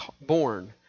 born